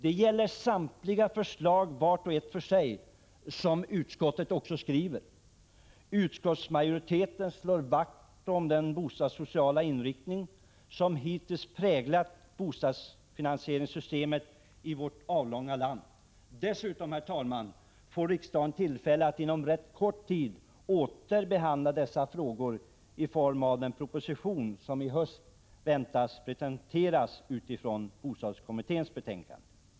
Detta gäller samtliga förslag, vart och ett för sig, vilket utskottet också skriver. Utskottsmajoriteten slår vakt om den bostadssociala inriktning som hittills präglat bostadsfinansieringssystemet i vårt avlånga land. Dessutom, herr talman, får riksdagen tillfälle att inom rätt kort tid åter behandla dessa frågor då regeringen i höst väntas lägga fram den proposition som har utarbetats utifrån bostadskommitténs betänkande.